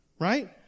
right